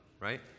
right